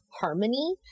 harmony